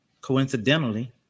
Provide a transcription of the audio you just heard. coincidentally